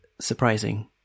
surprising